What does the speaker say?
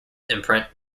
imprint